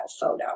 photo